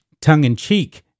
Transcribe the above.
tongue-in-cheek